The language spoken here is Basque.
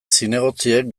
zinegotziek